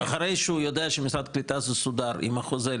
אחרי שהוא יודע שמשרד קליטה זה סודר עם החוזה,